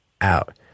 out